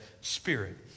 spirit